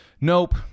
Nope